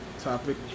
topic